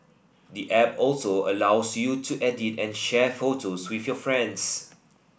the app also allows you to edit and share photos with your friends